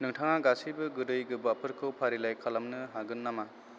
नोंथाङा गासैबो गोदै गोबाबफोरखौ फारिलाइ खालामनो हागोन नामा